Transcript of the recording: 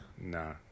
Nah